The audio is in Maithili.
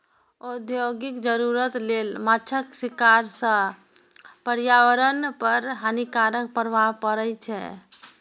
औद्योगिक जरूरत लेल माछक शिकार सं पर्यावरण पर हानिकारक प्रभाव पड़ै छै